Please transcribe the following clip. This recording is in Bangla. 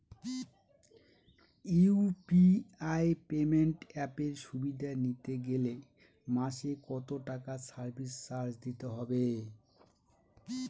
ইউ.পি.আই পেমেন্ট অ্যাপের সুবিধা নিতে গেলে মাসে কত টাকা সার্ভিস চার্জ দিতে হবে?